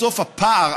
בסוף הפער,